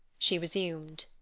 she resumed.